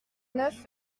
neuf